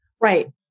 Right